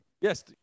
Yes